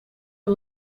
een